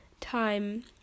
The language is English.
time